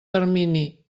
termini